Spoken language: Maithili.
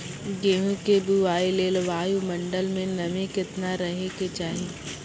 गेहूँ के बुआई लेल वायु मंडल मे नमी केतना रहे के चाहि?